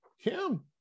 Kim